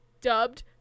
dubbed